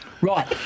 Right